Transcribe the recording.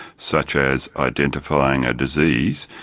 such as identifying a disease,